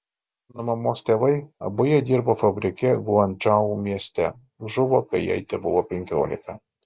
mano mamos tėvai abu jie dirbo fabrike guangdžou mieste žuvo kai jai tebuvo penkiolika